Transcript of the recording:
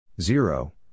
Zero